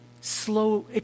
slow